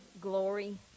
glory